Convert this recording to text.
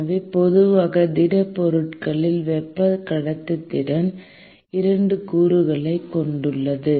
எனவே பொதுவாக திடப்பொருட்களில் வெப்ப கடத்துத்திறன் 2 கூறுகளைக் கொண்டுள்ளது